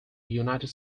united